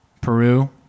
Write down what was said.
Peru